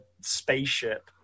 spaceship